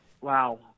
wow